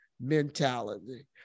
mentality